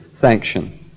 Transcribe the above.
sanction